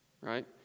right